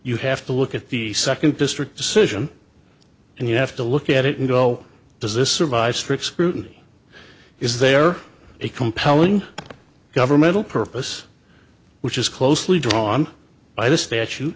you have to look at the second district decision and you have to look at it and go does this survive strict scrutiny is there a compelling governmental purpose which is closely drawn by the statu